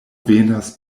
venas